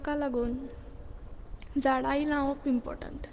ताका लागून झाडांय लावप इम्पोर्टंट